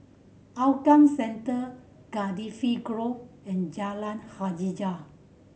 Hougang Central Cardifi Grove and Jalan Hajijah